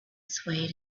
swayed